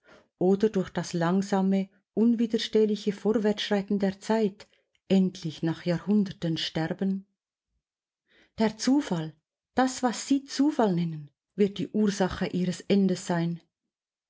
oder durch das langsame unwiderstehliche vorwärtsschreiten der zeit endlich nach jahrhunderten sterben der zufall das was sie zufall nennen wird die ursache ihres endes sein